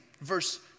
verse